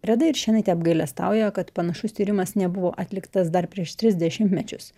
reda iršėnaitė apgailestauja kad panašus tyrimas nebuvo atliktas dar prieš tris dešimtmečius